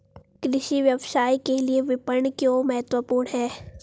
कृषि व्यवसाय के लिए विपणन क्यों महत्वपूर्ण है?